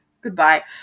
goodbye